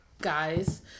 guys